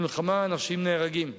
במלחמה אנשים נהרגים,